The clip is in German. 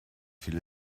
viele